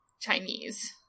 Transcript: Chinese